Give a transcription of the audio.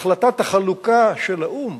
החלטת החלוקה של האו"ם